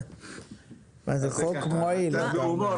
מה זה, חוק מועיל, אתה אומר.